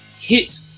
hit